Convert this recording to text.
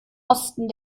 osten